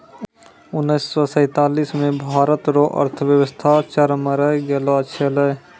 उनैस से सैंतालीस मे भारत रो अर्थव्यवस्था चरमरै गेलो छेलै